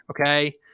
okay